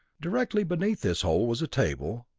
directly beneath this hole was a table,